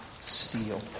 steal